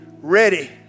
ready